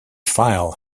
file